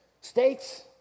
states